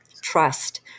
trust